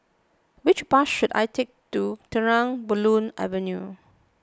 which bus should I take to Terang Bulan Avenue